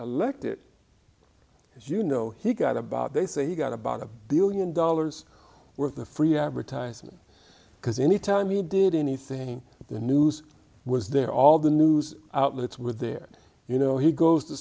elected as you know he got about they say he got about a one billion dollars worth of free advertising because any time he did anything the news was there all the news outlets were there you know he goes to